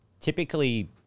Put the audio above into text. typically